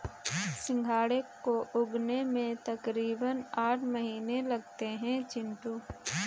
सिंघाड़े को उगने में तकरीबन आठ महीने लगते हैं चिंटू